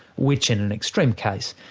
which in an extreme case,